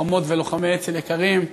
לוחמות ולוחמי אצ"ל יקרים,